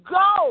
go